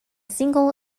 single